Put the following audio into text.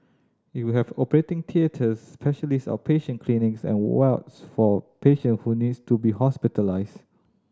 it will have operating theatres specialist outpatient clinics and wards for patient who need to be hospitalised